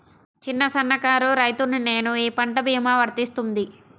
చిన్న సన్న కారు రైతును నేను ఈ పంట భీమా వర్తిస్తుంది?